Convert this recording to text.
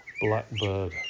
Blackbird